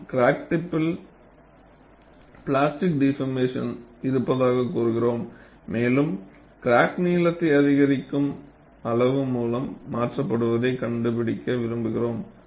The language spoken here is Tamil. நாம் கிராக்டிப்பில் பிளாஸ்டிக் டிபார்மேசன் இருப்பதாக கூறுகிறோம் மேலும் கிராக் நீளத்தை அதிகரிக்கும் அளவு மூலம் மாற்றுவதைக் கண்டுபிடிக்க விரும்புகிறோம்